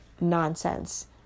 nonsense